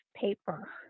paper